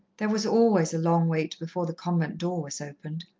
there was always a long wait before the convent door was opened.